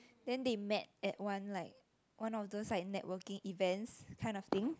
then they met at one night one of those networking events kind of thing